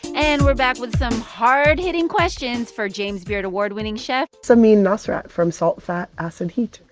and we're back with some hard-hitting questions for james beard award-winning chef. samin nosrat from salt, fat, acid, heat.